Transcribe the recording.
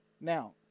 Now